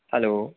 hello